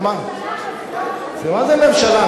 מה זה "הממשלה"?